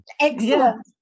Excellent